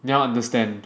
你要 understand